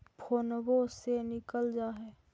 फोनवो से निकल जा है?